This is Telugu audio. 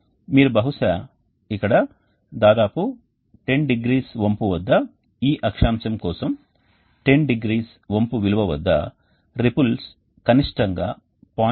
మీరు బహుశా ఇక్కడ దాదాపు 10 డిగ్రీల వంపు వద్ద ఈ అక్షాంశం కోసం 10 డిగ్రీల వంపు విలువ వద్ద రిపుల్స్ కనిష్టంగా 0